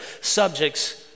subjects